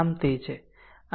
આમ તે છે